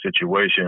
situation